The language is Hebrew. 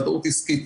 ודאות עסקית.